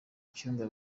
cyumba